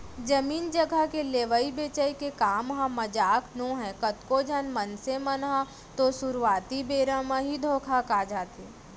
जमीन जघा के लेवई बेचई के काम ह मजाक नोहय कतको झन मनसे मन ह तो सुरुवाती बेरा म ही धोखा खा जाथे